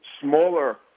smaller